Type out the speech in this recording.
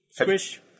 Squish